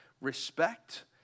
respect